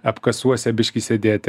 apkasuose biškį sėdėti